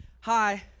Hi